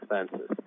expenses